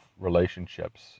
relationships